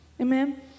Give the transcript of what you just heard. Amen